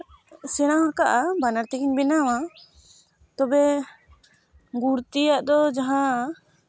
ᱥᱮᱬᱟ ᱠᱟᱜᱼᱟ ᱵᱟᱱᱟᱨ ᱛᱮᱜᱤᱧ ᱵᱮᱱᱟᱣᱟ ᱛᱚᱵᱮ ᱜᱩᱲ ᱛᱮᱭᱟᱜ ᱫᱚ ᱡᱟᱦᱟᱸ